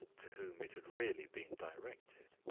to whom it had really been directed.